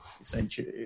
essentially